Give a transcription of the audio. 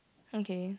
okay